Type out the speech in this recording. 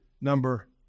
number